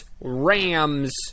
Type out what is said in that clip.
Rams